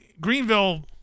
Greenville